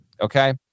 Okay